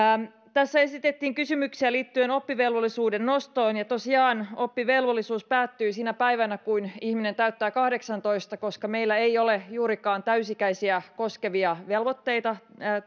tässä esitettiin kysymyksiä liittyen oppivelvollisuuden nostoon tosiaan oppivelvollisuus päättyy sinä päivänä kun ihminen täyttää kahdeksantoista koska meillä ei juurikaan ole tämänkaltaisia täysi ikäisiä koskevia velvoitteita